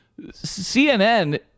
CNN